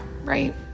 Right